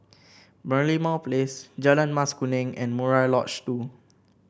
Merlimau Place Jalan Mas Kuning and Murai Lodge Two